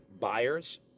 buyers